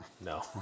No